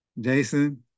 Jason